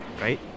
right